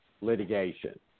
litigation